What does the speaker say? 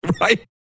Right